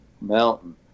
Mountain